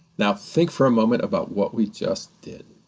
now think for a moment about what we just did.